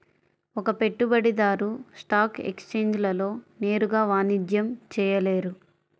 ఒక పెట్టుబడిదారు స్టాక్ ఎక్స్ఛేంజ్లలో నేరుగా వాణిజ్యం చేయలేరు